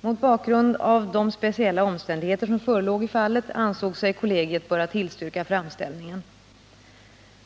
Mot bakgrund av de speciella omständigheter som förelåg i fallet ansåg sig kollegiet böra tillstyrka framställningen.